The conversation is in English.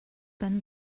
will